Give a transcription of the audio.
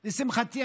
לשמחתי,